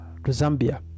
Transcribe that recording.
Zambia